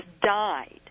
died